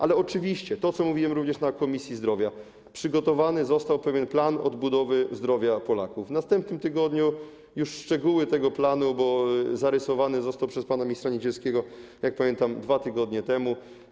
Ale oczywiście, o tym mówiłem również na posiedzeniu Komisji Zdrowia, został przygotowany pewien plan odbudowy zdrowia Polaków, w następnym tygodniu będą już szczegóły tego planu, bo zarysowany został przez pana ministra Niedzielskiego, jak pamiętam, 2 tygodnie temu.